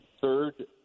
third